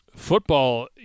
Football